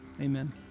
Amen